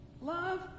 Love